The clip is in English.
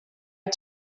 are